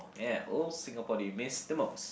ya old Singapore do you miss the most